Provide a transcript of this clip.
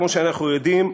כפי שאנחנו יודעים,